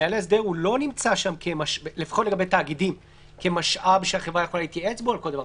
מנהל ההסדר לא נמצא שם כמשאב שהחברה יכולה להתייעץ איתו על כל דבר.